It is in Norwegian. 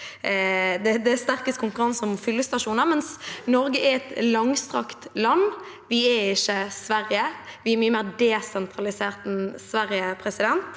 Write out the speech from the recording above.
er sterkest konkurranse om fyllestasjoner. Men Norge er et langstrakt land. Vi er ikke Sverige, vi er mye mer desentralisert enn Sverige.